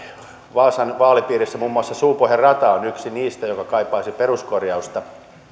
vaasan vaalipiirissä muun muassa suupohjan rata on yksi niistä joka kaipaisi peruskorjausta